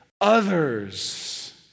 others